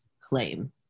claim